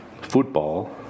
football